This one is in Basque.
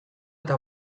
eta